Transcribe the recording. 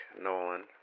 Nolan